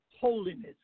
holiness